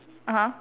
(uh huh)